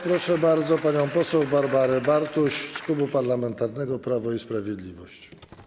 Proszę bardzo panią poseł Barbarę Bartuś z Klubu Parlamentarnego Prawo i Sprawiedliwość.